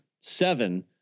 seven